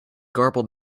garbled